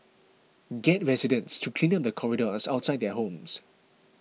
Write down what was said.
get residents to clean up the corridors outside their homes